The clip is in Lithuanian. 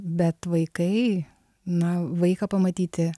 bet vaikai na vaiką pamatyti